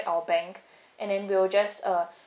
our bank and then we will just uh